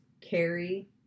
carry